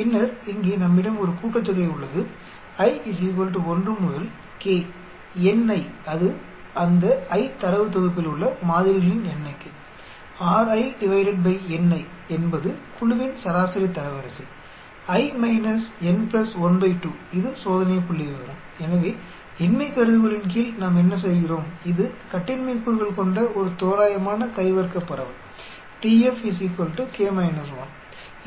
பின்னர் இங்கே நம்மிடம் ஒரு கூட்டுத்தொகை உள்ளது i 1 முதல் k ni அது அந்த i தரவுத் தொகுப்பில் உள்ள மாதிரிகளின் எண்ணிக்கை Ri ni என்பது குழுவின் சராசரி தரவரிசை i N 1 2 இது சோதனை புள்ளிவிவரம் எனவே இன்மை கருதுகோளின் கீழ் நாம் என்ன செய்கிறோம் இது கட்டின்மை கூறுகள் கொண்ட ஒரு தோராயமான கை - வர்க்கப் பரவல்